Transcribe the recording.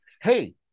hey